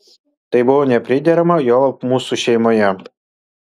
tai buvo nepriderama juolab mūsų šeimoje